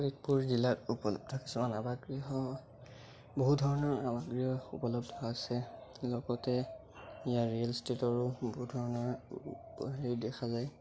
শোণিতপুৰ জিলাত উপলব্ধ কিছুমান আৱাসগৃহ বহুধৰণৰ আৱাসগৃহ উপলব্ধ আছে লগতে ইয়াৰ ৰিয়েল ইষ্টেটৰো বহুত ধৰণৰ হেৰি দেখা যায়